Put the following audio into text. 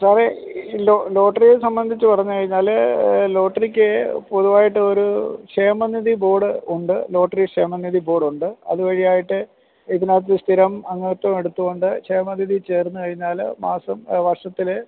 സാറെ ഈ ലോട്ടറിയെ സംബന്ധിച്ച് പറഞ്ഞ് കഴിഞ്ഞാൽ ലോട്ടറിക്ക് പൊതുവായിട്ട് ഒരൂ ക്ഷേമനിധി ബോർഡ് ഉണ്ട് ലോട്ടറി ക്ഷേമനിധി ബോഡുണ്ട് അതുവഴിയായിട്ട് ഇതിനകത്ത് സ്ഥിരം അംഗത്വം എടുത്തുകൊണ്ട് ക്ഷേമനിധി ചേർന്ന് കഴിഞ്ഞാൽ മാസം വർഷത്തിൽ